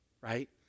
right